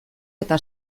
eta